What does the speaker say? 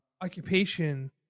occupation